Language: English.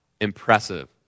Impressive